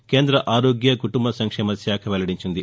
కేంద్ర ఆరోగ్య కుటుంబ సంక్షేమ శాఖ వెల్లడించింది